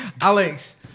Alex